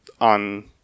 on